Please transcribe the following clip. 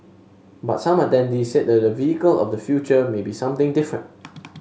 but some attendees said that the vehicle of the future may be something different